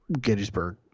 Gettysburg